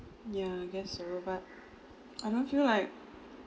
yeah I guess so but I don't feel like